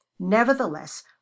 nevertheless